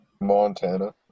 Montana